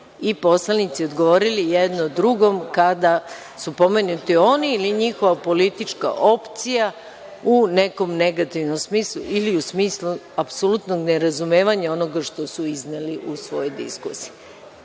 i poslanici odgovaraju jednom drugom kada su pomenuti oni ili njihova politička opcija u nekom negativnom smislu, ili u smislu apsolutnog nerazumevanja onoga što su izneli u svojoj diskusiji.